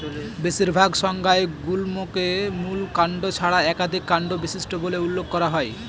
বেশিরভাগ সংজ্ঞায় গুল্মকে মূল কাণ্ড ছাড়া একাধিক কাণ্ড বিশিষ্ট বলে উল্লেখ করা হয়